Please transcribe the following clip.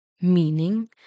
Meaning